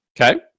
Okay